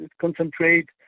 concentrate